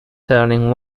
turning